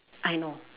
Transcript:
I know